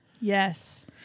yes